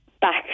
back